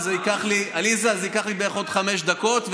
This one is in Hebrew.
וזה ייקח לי בערך עוד חמש דקות,